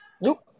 Nope